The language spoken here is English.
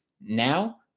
now